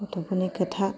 गथ'फोरनि खोथा